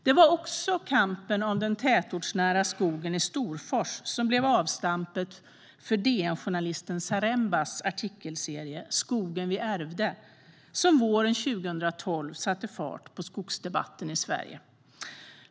Det var också kampen om den tätortsnära skogen i Storfors som blev avstampet för DN-journalisten Zarembas artikelserie - Skogen vi ärvde - som våren 2012 satte fart på skogsdebatten i Sverige.